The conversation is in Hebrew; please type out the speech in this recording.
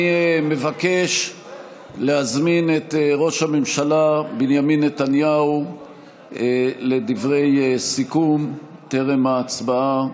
אני מבקש להזמין את ראש הממשלה בנימין נתניהו לדברי סיכום טרם ההצבעה.